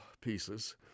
pieces